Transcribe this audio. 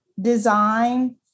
design